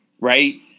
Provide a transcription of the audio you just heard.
right